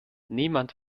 niemand